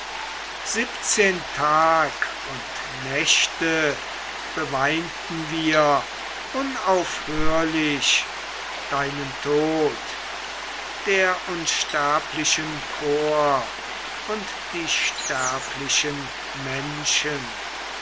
siebzehn tag und nächte beweinten wir unaufhörlich deinen tod der unsterblichen chor und die sterblichen menschen